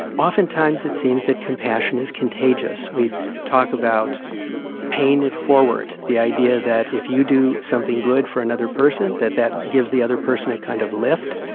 oftentimes, it seems that compassion is contagious. we talk about paying it forward the idea that if you do something good for another person, that that gives the other person a kind of lift,